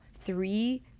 three